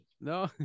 No